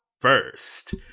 First